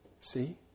See